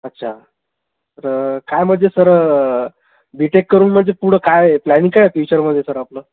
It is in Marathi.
अच्छा तर काय म्हणजे सर बी टेक करून म्हणजे पुढं काय प्लॅनिंग काय आहे फ्युचरमध्ये सर आपलं